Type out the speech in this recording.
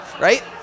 right